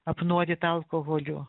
apnuodyta alkoholiu